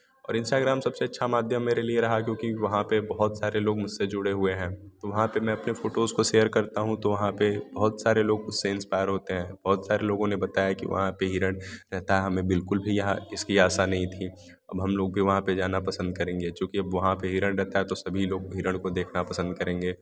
और इन्स्टाग्राम सबसे अच्छा माध्यम मेरे लिए रहा क्योंकि वहाँ पर बहुत सारे लोग मुझसे जुड़े हुए हैं तो वहाँ पर मैं अपने फोटोज को सेयर करता हूँ तो वहाँ पर बहुत सारे लोग उससे इन्सपायर होते हैं बहुत सारे लोगों ने बताया की वहाँ पर हिरण रहता है हमें बिल्कुल भी यहाँ इसकी आसा नहीं थी अब हम लोग भी वहाँ पर जाना पसंद करेंगे चुकी अब वहाँ पर हिरण रहता है तो सभी लोग हिरण को देखने पसंद करेंगे